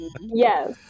Yes